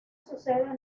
sucede